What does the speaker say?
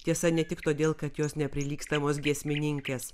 tiesa ne tik todėl kad jos neprilygstamos giesmininkės